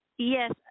Yes